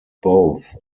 both